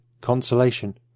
Consolation